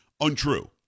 untrue